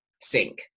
sink